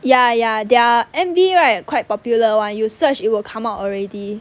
ya ya their M_V right quite popular [one] you search it will come out already